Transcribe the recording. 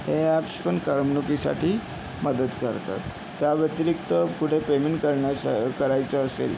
हे ॲप्स पण करमणुकीसाठी मदत करतात त्या व्यतिरिक्त पुढे पेमेंट करण्यासा करायचं असेल